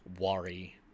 worry